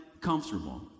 comfortable